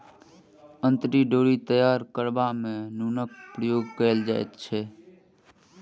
अंतरी डोरी तैयार करबा मे नूनक प्रयोग कयल जाइत छै